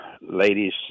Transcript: ladies